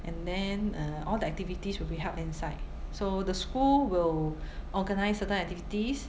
and then err all the activities will be held inside so the school will organise certain activities